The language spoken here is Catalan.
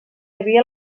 havia